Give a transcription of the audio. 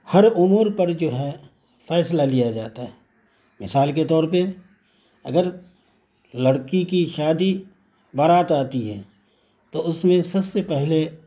ہر امور پر جو ہے فیصلہ لیا جاتا ہے مثال کے طور پہ اگر لڑکی کی شادی بارات آتی ہے تو اس میں سب سے پہلے